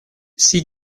sie